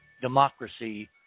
democracy